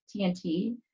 TNT